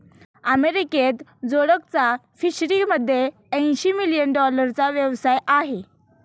अमेरिकेत जोडकचा फिशरीमध्ये ऐंशी मिलियन डॉलरचा व्यवसाय आहे